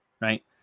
Right